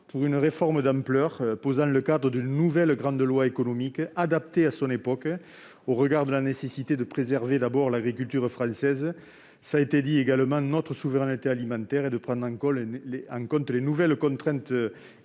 pour une réforme d'ampleur posant le cadre d'une nouvelle grande loi économique adaptée à son époque, au regard de la nécessité de préserver l'agriculture française et notre souveraineté alimentaire, tout en prenant en compte les nouvelles contraintes